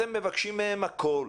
אתם מבקשים מהם הכול.